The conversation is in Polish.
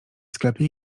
sklepy